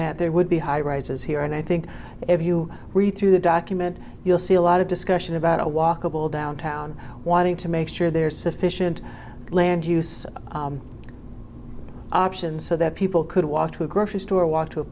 that there would be high rises here and i think if you read through the document you'll see a lot of discussion about a walkable downtown wanting to make sure there's sufficient land use options so that people could walk to a grocery store walk to a